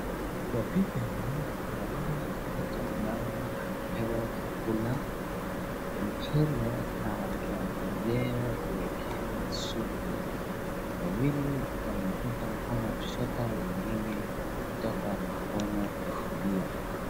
Kwa picha hii naona watu ambao wanapewa chakula, mchele na wakingojea kuwekewa supu. Wawili wametoka mkono wa kushoto na wengine wametoka mkono wa kulia.